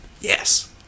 yes